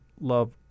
love